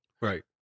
Right